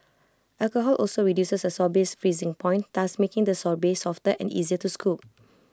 alcohol also reduces A sorbet's freezing point thus making the sorbet softer and easier to scoop